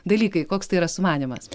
dalykai koks tai yra sumanymas